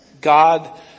God